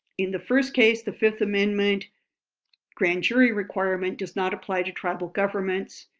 in the first case the fifth amendment grand jury requirement does not apply to tribal government.